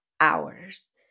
hours